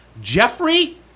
Jeffrey